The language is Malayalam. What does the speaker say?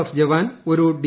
എഫ് ജവാൻ ഒരു ഡി